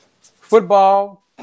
football